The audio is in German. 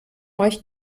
euch